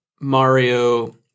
Mario